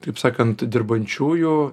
taip sakant dirbančiųjų